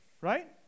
right